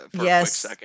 yes